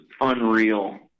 unreal